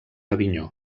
avinyó